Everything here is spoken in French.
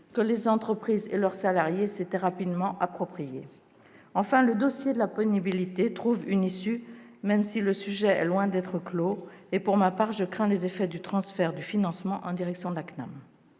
que les entreprises et leurs salariés s'étaient rapidement appropriées. Enfin, le dossier de la pénibilité trouve une issue, même si le sujet est loin d'être clos. Pour ma part, je crains les effets du transfert du financement à la Caisse